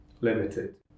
Limited